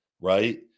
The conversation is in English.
Right